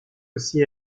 aussi